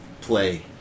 play